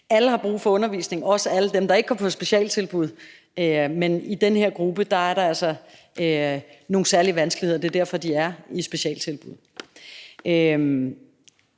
Alle har brug for undervisning, også alle dem, der ikke går på specialtilbud, men i den her gruppe er der altså nogle særlige vanskeligheder. Det er derfor, de er i specialtilbud.